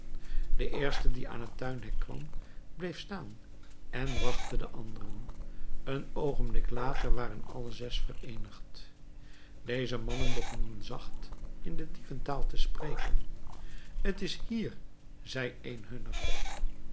de eerste die aan het tuinhek kwam bleef staan en wachtte de anderen een oogenblik later waren alle zes vereenigd deze mannen begonnen zacht in de dieventaal te spreken t is hier zei een hunner